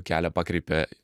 kelią pakreipia